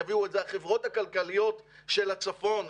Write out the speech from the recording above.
יביאו את זה החברות הכלכליות של הצפון,